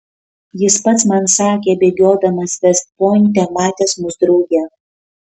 jis pats man sakė bėgiodamas vest pointe matęs mus drauge